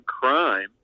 crime